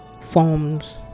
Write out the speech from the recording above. forms